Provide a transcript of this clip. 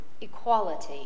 Equality